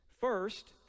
First